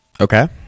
okay